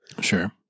Sure